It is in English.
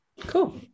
cool